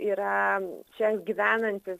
yra čia gyvenantys